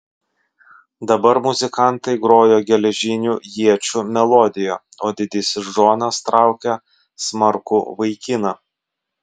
dabar muzikantai grojo geležinių iečių melodiją o didysis džonas traukė smarkų vaikiną